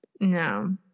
No